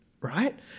right